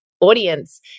audience